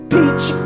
Peach